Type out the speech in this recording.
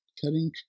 cutting